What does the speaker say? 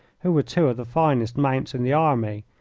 who were two of the finest mounts in the army,